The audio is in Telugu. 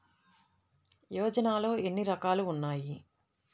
యోజనలో ఏన్ని రకాలు ఉన్నాయి?